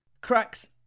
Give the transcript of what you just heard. Cracks